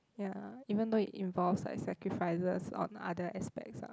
ya even though it involves like sacrifices on other aspects ah